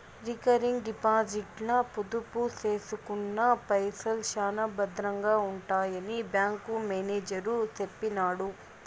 recurring డిపాజిట్ల పొదుపు సేసుకున్న పైసల్ శానా బద్రంగా ఉంటాయని బ్యాంకు మేనేజరు సెప్పినాడు